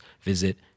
visit